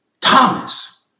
Thomas